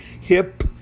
hip